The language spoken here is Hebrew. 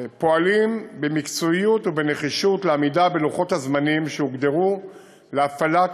פועלים במקצועיות ובנחישות לעמידה בלוחות הזמנים שהוגדרו להפעלת